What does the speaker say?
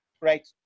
right